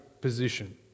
position